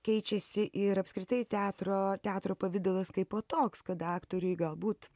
keičiasi ir apskritai teatro teatro pavidalas kaipo toks kad aktoriui galbūt